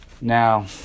Now